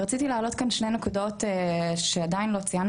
ורציתי להעלות כאן שתי נקודות שעדיין לא ציינו